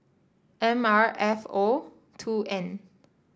M R F O two N